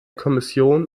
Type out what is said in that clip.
kommission